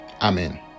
Amen